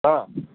હ